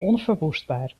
onverwoestbaar